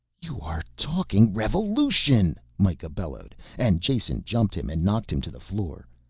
you are talking revolution! mikah bellowed and jason jumped him and knocked him to the floor.